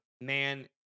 man